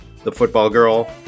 TheFootballGirl